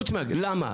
למה?